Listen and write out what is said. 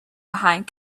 behind